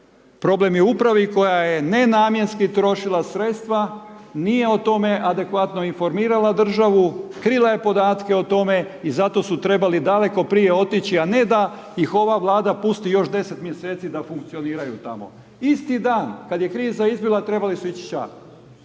Problem je u upravi, koja je nenamjenski trošila sredstva nije o tome adekvatno informirala državu, krila je podatke o tome i zato su trebali daleko prije otići a ne da ih ova vlada pusti još 10 mj. da funkcioniraju tamo. Isti dan kada je kriza izbila trebali su ići ća.